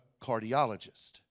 cardiologist